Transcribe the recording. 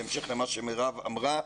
בהמשך למה שמירב אמרה.